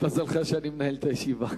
מזלך שאני מנהל את הישיבה.